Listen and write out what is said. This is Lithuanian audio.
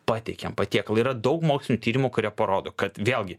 pateikiam patiekalą yra daug mokslinių tyrimų kurie parodo kad vėlgi